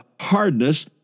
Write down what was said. hardness